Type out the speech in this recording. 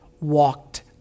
walked